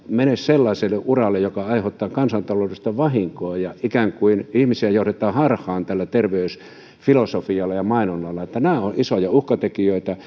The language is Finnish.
mene sellaiselle uralle joka aiheuttaa kansantaloudellista vahinkoa ja jossa ihmisiä ikään kuin johdetaan harhaan tällä terveysfilosofialla ja mainonnalla nämä ovat isoja uhkatekijöitä